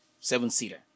Seven-seater